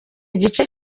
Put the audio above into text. igice